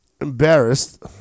embarrassed